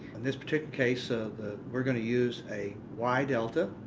in this particular case, ah we're going to use a y delta.